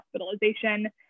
hospitalization